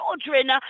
children